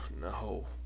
no